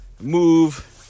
move